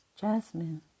Jasmine